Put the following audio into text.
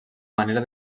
manera